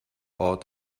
ort